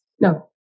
No